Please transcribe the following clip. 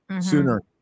sooner